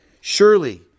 Surely